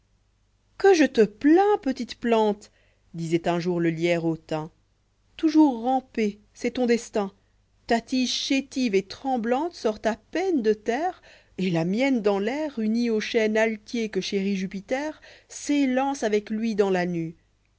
vjue je te plains petite plante disoit un jour le lierre au thym toujours ramper c'est ton destin ta tige chctive et tremblante sort à peine de terre et la mienne dans l'air unie au chêne altier que chérit jupiter s'élance avec lui dans la nue